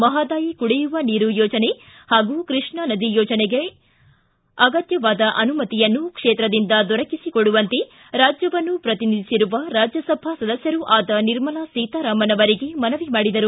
ಮಹದಾಯಿ ಕುಡಿಯುವ ನೀರು ಯೋಜನೆ ಹಾಗೂ ಕೃಷ್ಣಾ ನದಿ ಯೋಜನೆಗಳಿಗೆ ಅಗತ್ಕವಾದ ಅನುಮತಿಯನ್ನು ಕ್ಷೇತ್ರದಿಂದ ದೊರಕಿಸಿಕೊಡುವಂತೆ ರಾಜ್ಯವನ್ನು ಪ್ರತಿನಿಧಿಸಿರುವ ರಾಜ್ಯಸಭಾ ಸದಸ್ಯರೂ ಅದ ನಿರ್ಮಲಾ ಸೀತಾರಾಮನ್ ಅವರಿಗೆ ಮನವಿ ಮಾಡಿದರು